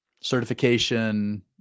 Certification